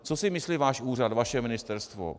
Co si myslí váš úřad, vaše ministerstvo?